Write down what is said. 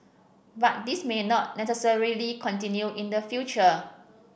but this may not necessarily continue in the future